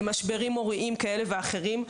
משברים הוריים כאלה ואחרים.